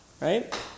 Right